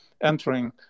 entering